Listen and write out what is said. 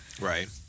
Right